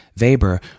Weber